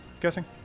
guessing